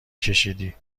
کشیدی